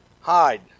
hide